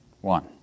One